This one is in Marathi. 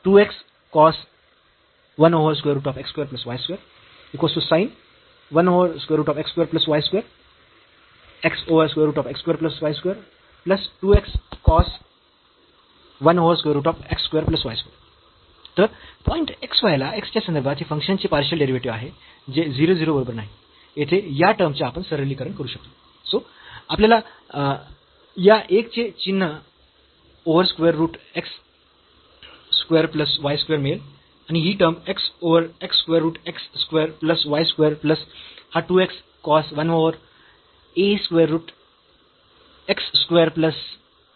तर आपल्याला या 1 चे चिन्ह over square root x square plus y square मिळेल आणि ही term x over x square root x square plus y square plus हा 2 x cos 1 over square root x square plus y square होईल